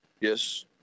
Yes